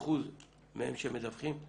26% מהם שמדווחים.